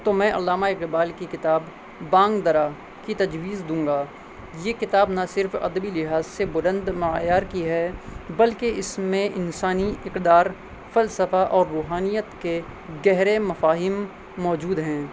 تو میں علامہ اقبال کی کتاب بانگ درا کی تجویز دوں گا یہ کتاب نہ صرف ادبی لحاظ سے بلند معیار کی ہے بلکہ اس میں انسانی اقدار فلسفہ اور روحانیت کے گہرے مفاہیم موجود ہیں